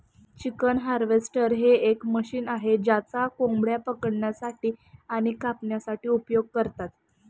chicken harvester हे एक machine आहे ज्याचा कोंबड्या पकडण्यासाठी आणि कापण्यासाठी उपयोग करतात